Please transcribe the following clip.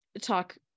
talk